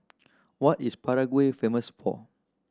what is Prague famous for